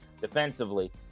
defensively